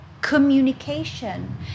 communication